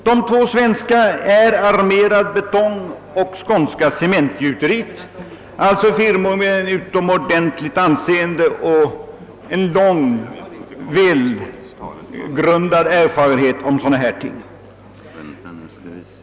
De två svenska firmorna är Skånska cementgjuteriet och Armerad betong, alltså företag med utomordentligt anseende och en lång erfarenhet av sådana ting.